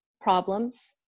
problems